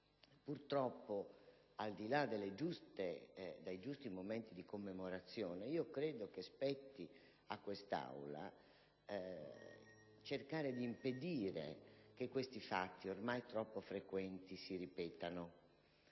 Purtroppo, al di là dei momenti di commemorazione, credo che spetti a quest'Assemblea cercare di impedire che tali fatti ormai troppo frequenti si ripetano.